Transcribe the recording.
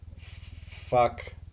fuck